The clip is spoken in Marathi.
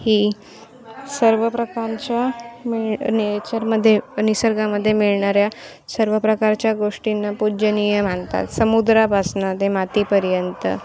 ही सर्व प्रकारच्या मिळ नेचरमध्ये निसर्गामध्ये मिळणाऱ्या सर्व प्रकारच्या गोष्टींना पुजनीय मानतात समुद्रापासून ते मातीपर्यंत